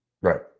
Right